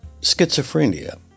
schizophrenia